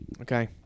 okay